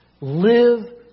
Live